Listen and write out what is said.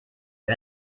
wir